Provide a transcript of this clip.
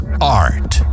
Art